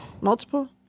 Multiple